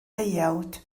deuawd